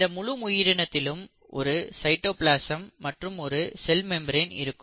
இந்த முழு உயிரினத்திலும் ஒரு சைட்டோபிளாசம் மற்றும் ஒரு செல் மெம்பிரன் இருக்கும்